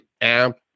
amp